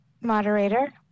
Moderator